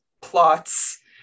plots